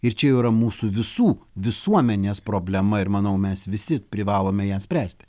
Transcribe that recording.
ir čia jau yra mūsų visų visuomenės problema ir manau mes visi privalome ją spręsti